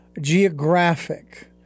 geographic